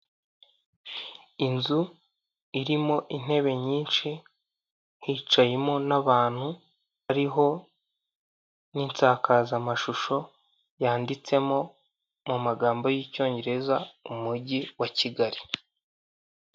Inzu irimo intebe nyinshi hicayemo n'abantu ariho n'insakazamashusho yanditsemo mu magambo y'icyongereza umujyi wa Kigali.